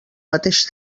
mateix